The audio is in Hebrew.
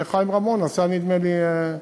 חיים רמון, עשה, נדמה לי,